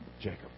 Jacob